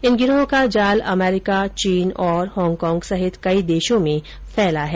इन गिरोह का जाल अमरीका चीन और हॉगकॉग सहित कई देशों में फैला है